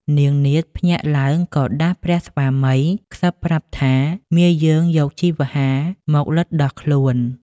នាងនាថភ្ញាក់ឡើងក៏ដាស់ព្រះស្វាមីខ្សឹបប្រាប់ថាមាយើងយកជីវ្ហាមកលិទ្ធដោះខ្លួន។